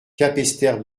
capesterre